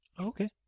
okay